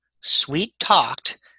sweet-talked